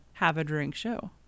haveadrinkshow